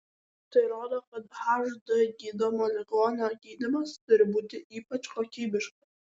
tai rodo kad hd gydomo ligonio gydymas turi būti ypač kokybiškas